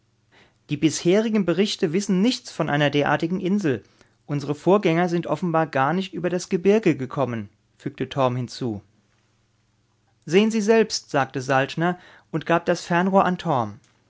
die bisherigen berichte wissen nichts von einer derartigen insel unsere vorgänger sind offenbar gar nicht über das gebirge gekommen fügte torm hinzu sehen sie selbst sagte saltner und gab das fernrohr an